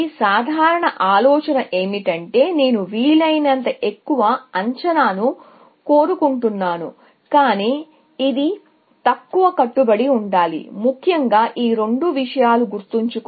నా ఆలోచన ఏమిటంటే నేను వీలైనంత ఎక్కువగా అంచనాను కోరుకుంటున్నాను కాని ఇది తక్కువ గా కట్టుబడి ఉండాలి ముఖ్యంగా ఈ రెండు విషయాలు గుర్తుంచుకోండి